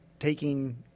taking